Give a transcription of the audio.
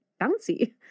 bouncy